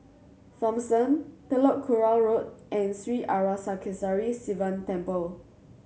Thomson Telok Kurau Road and Sri Arasakesari Sivan Temple